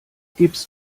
gibst